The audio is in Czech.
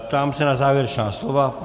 Ptám se na závěrečná slova.